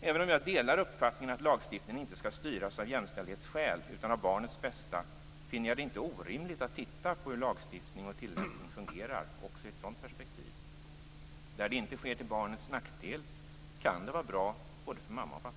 Även om jag delar uppfattningen att lagstiftningen inte skall styras av jämställdhetsskäl utan av barnets bästa, finner jag det inte orimligt att titta på hur lagstiftning och tillämpning fungerar också i ett sådant perspektiv. Där det inte sker till barnets nackdel kan det vara bra för såväl mamma som pappa.